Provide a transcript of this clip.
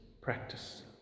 practice